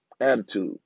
Attitude